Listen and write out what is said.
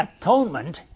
atonement